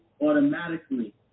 automatically